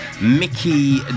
Mickey